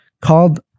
called